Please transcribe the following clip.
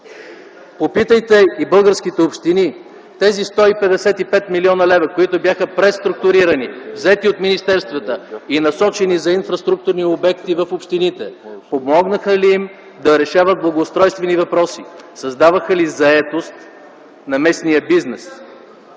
Попитайте и българските общини – тези 155 млн. лв., които бяха преструктурирани, взети от министерствата и насочени за инфраструктурни обекти в общините помогнаха ли им да решават благоустройствени въпроси? Създаваха ли заетост на местния бизнес?